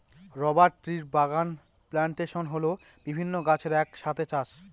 rubber ট্রির বাগান plantation হল বিভিন্ন গাছের এক সাথে চাষ